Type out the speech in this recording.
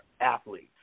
athletes